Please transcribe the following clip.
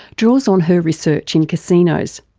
draws on her research in casinos.